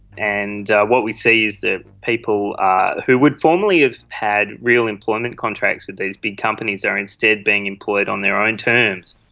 and what we see is that people who would formerly have had really employment contracts with these big companies are instead being employed on their own terms.